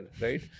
right